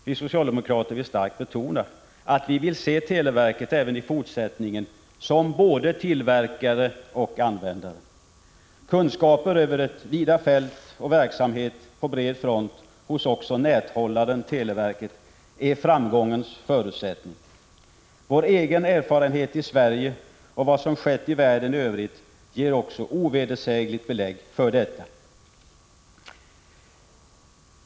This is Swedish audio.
Vi socialdemokrater vill starkt betona att vi även i fortsättningen vill se televerket som både tillverkare och användare. Kunskaper över ett vitt fält och verksamhet på bred front hos också näthållaren televerket är framgångens förutsättning. Vår egen erfarenhet i Sverige och vad som skett i världen i övrigt ger också ovedersägligt belägg för detta.